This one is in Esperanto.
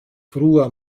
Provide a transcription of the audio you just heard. frua